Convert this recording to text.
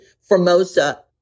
Formosa